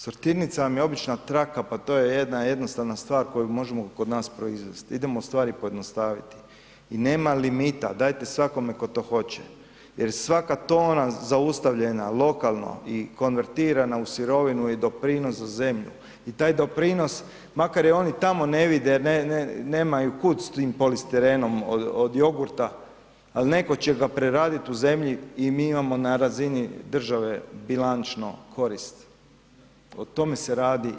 Sortirnica vam je obična traka pa to je jedna jednostavna stvar koju možemo kod nas proizvesti, idemo stvari pojednostaviti i nema limita dajte svakome tko to hoće, jer svaka tona zaustavljena lokalno i konvertirana u sirovinu je i doprinos i za zemlju i taj doprinos, makar i oni tamo ne vide jer nemaju kud s tim polistirenom od jogurta, ali netko će ga preraditi u zemlji i mi imamo na razini države bilančno korist, o tome se radi.